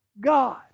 God